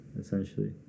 essentially